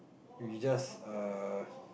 we just err